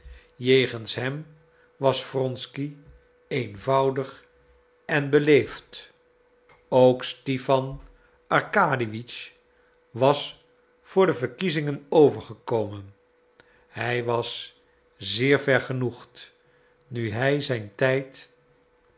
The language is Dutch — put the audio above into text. jegens hem was wronsky eenvoudig en beleefd ook stipan arkadiewitsch was voor de verkiezingen overgekomen hij was zeer vergenoegd nu hij zijn tijd